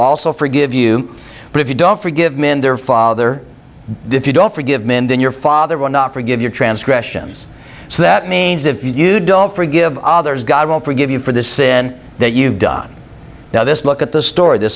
also forgive you but if you don't forgive men their father did you don't forgive men then your father will not forgive your transgressions so that means if you don't forgive others god will forgive you for the sin that you've done now this look at the story the